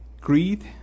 greed